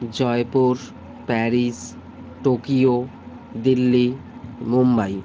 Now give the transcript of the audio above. Jaipur Paris Tokyo Delhi Mumbai